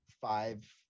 five